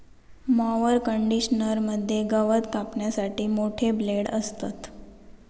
mower conditioner मध्ये गवत कापण्यासाठी मोठे ब्लेड असतत